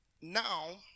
now